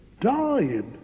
died